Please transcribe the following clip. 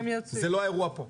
זה לא האירוע פה.